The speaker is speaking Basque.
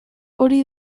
hori